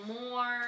more